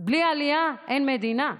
בלי עלייה אין מדינה.